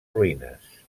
ruïnes